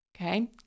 okay